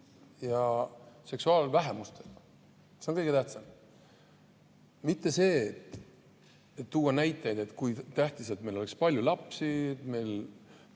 ja seksuaalvähemustega. See on kõige tähtsam. Mitte see, et tuua näiteid, kui tähtis on, et meil oleks palju lapsi, et